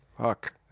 Fuck